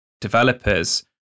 developers